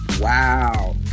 Wow